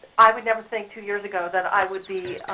i would never think two years ago that i would be